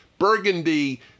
Burgundy